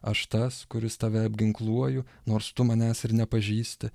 aš tas kuris tave apginkluoju nors tu manęs ir nepažįsti